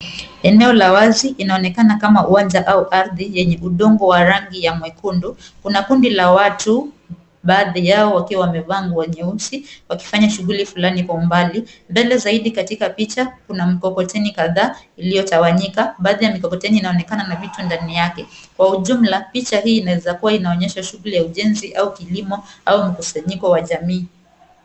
Eneo la wazi inaonekana kama uwanja au ardhi yenye udongo wa rangi ya nyekundu. Kuna kundi la watu baadhi yao wakiwa wamevaa nguo nyeusi wakifanya shughuli flani mwa umbali. Mbele zaidi katika picha kuna mkokoteni kadhaa iliyo tawanyika. Baadhi ya mkokoteni inaonekana na vitu ndani yake. Kwa ujumla picha hii inaweza kua inaonyesha shughuli ya ujenzi au kilimo au mkusanyiko wa jamii.